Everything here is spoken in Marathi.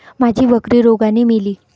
माझी बकरी रोगाने मेली